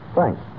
Thanks